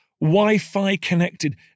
Wi-Fi-connected